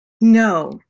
No